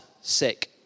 sick